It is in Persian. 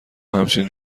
همچین